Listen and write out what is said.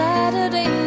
Saturday